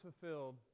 fulfilled